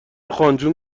خانجون